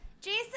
Jason